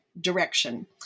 Direction